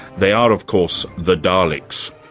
they are, of course, the daleks.